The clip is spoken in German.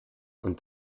und